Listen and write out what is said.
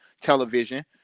television